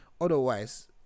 otherwise